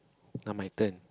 now my turn